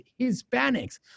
Hispanics